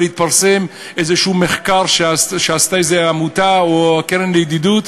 אבל התפרסם איזשהו מחקר שעשתה איזו עמותה או הקרן לידידות,